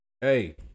hey